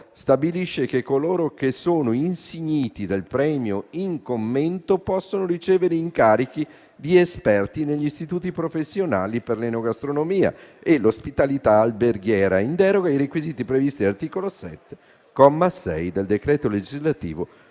stabilisce che coloro che sono insigniti del premio in commento possono ricevere incarichi di esperti negli istituti professionali per l'enogastronomia e l'ospitalità alberghiera in deroga ai requisiti previsti dall'articolo 7, comma 6, del decreto legislativo